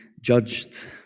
judged